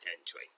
entry